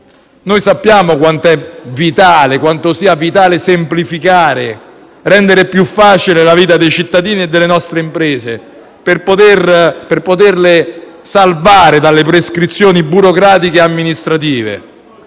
Noi sappiamo quanto sia vitale semplificare e rendere più facile la vita dei cittadini e delle nostre imprese per poterle salvare dalle prescrizioni burocratiche e amministrative.